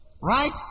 right